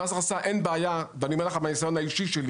למס הכנסה אין בעיה ואני אומר לך מהניסיון האישי שלי